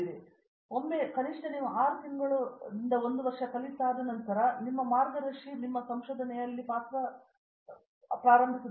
ಆದ್ದರಿಂದ ಒಮ್ಮೆ ನೀವು ಕನಿಷ್ಟ 6 ತಿಂಗಳುಗಳನ್ನು ಒಂದು ವರ್ಷಕ್ಕೆ ತೆಗೆದುಕೊಳ್ಳುವಿರಿ ಎಂದು ನೀವು ಭಾವಿಸಿದರೆ ನಿಮ್ಮ ಮಾರ್ಗದರ್ಶಿ ಒಂದು ಪಾತ್ರವನ್ನು ಪ್ರಾರಂಭಿಸುತ್ತಾರೆ